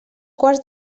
quarts